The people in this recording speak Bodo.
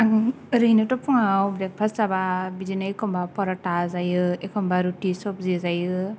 आं ओरैनोथ' फुंआव ब्रेकपास जाबा बिदिनो एखमबा पर'था जायो एखमबा रुति सबजि जायो